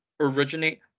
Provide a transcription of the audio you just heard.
originate